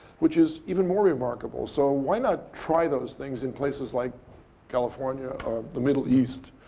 which is even more remarkable. so why not try those things in places like california or the middle east?